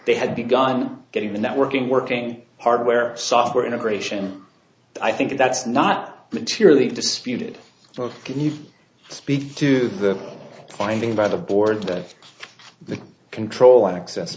they had begun getting the networking working hardware software integration i think that's not materially disputed but can you speak to the finding by the board that the control access